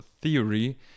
theory